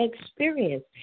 experience